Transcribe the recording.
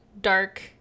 dark